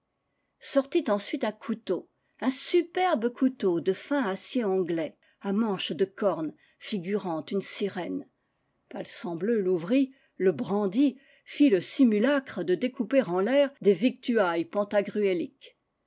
sortit ensuite un couteau un superbe couteau de fin acier anglais à manche de corne figurant une sirène palsambleu l'ouvrit le brandit fit le simulacre de découper en l'air des victuailles pantagruéli